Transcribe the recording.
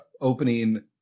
opening